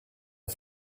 auf